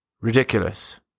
Ridiculous